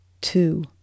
two